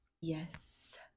Yes